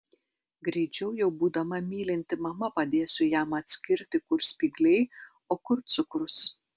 greičiau jau būdama mylinti mama padėsiu jam atskirti kur spygliai o kur cukrus